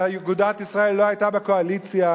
ואגודת ישראל לא היתה בקואליציה,